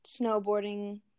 snowboarding